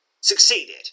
Succeeded